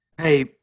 Hey